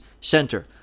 Center